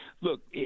Look